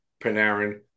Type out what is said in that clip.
Panarin